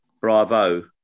bravo